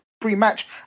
pre-match